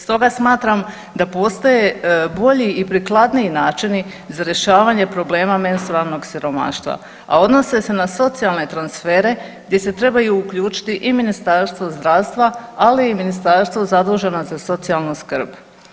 Stoga smatram da postoje bolji i prikladniji načini za rješavanje problema menstrualnog siromaštva, a odnose se na socijalne transfere gdje se trebaju uključiti i Ministarstvo zdravstva, ali i ministarstvo zaduženo za socijalnu skrb.